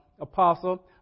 apostle